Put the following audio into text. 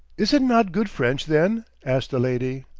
is it not good french, then? asked the lady.